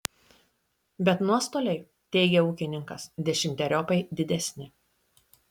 bet nuostoliai teigia ūkininkas dešimteriopai didesni